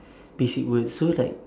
basic words so it's like